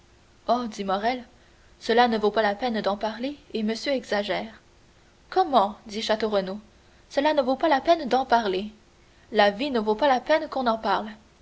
oh dit morrel cela ne vaut pas la peine d'en parler et monsieur exagère comment dit château renaud cela ne vaut pas la peine d'en parler la vie ne vaut pas la peine qu'on en parle